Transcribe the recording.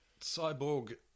Cyborg